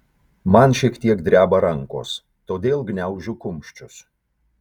man šiek tiek dreba rankos todėl gniaužiu kumščius